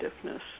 stiffness